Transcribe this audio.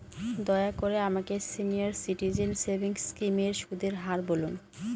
দয়া করে আমাকে সিনিয়র সিটিজেন সেভিংস স্কিমের সুদের হার বলুন